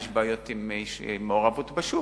יש בעיות עם מעורבות בשוק,